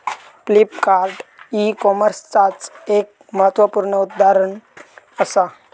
Flipkart e कॉमर्सचाच एक महत्वपूर्ण उदाहरण असा